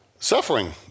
Suffering